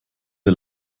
wir